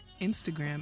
Instagram